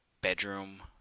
bedroom